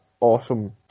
awesome